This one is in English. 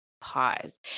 pause